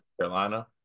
Carolina